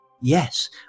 yes